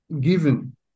given